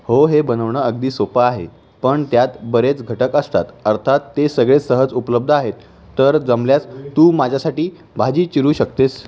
हो हे बनवणं अगदी सोपं आहे पण त्यात बरेच घटक असतात अर्थात ते सगळे सहज उपलब्ध आहेत तर जमल्यास तू माझ्यासाठी भाजी चिरू शकतेस